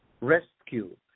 rescue